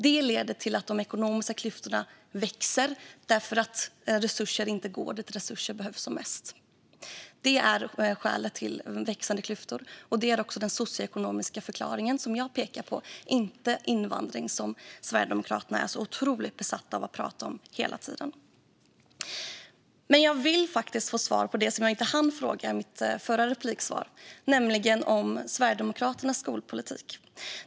Det leder i sin tur till att de ekonomiska klyftorna växer då resurser inte går dit där de behövs som mest. Det är skälet till växande klyftor, och det är också den socioekonomiska förklaring som jag pekar på - inte invandring som Sverigedemokraterna är så otroligt besatta av att tala om hela tiden. Jag vill faktiskt få svar på det som jag inte hann fråga om i mitt förra repliksvar, nämligen Sverigedemokraternas skolpolitik.